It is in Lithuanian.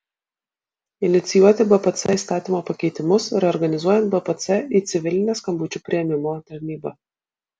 inicijuoti bpc įstatymo pakeitimus reorganizuojant bpc į civilinę skambučių priėmimo tarnybą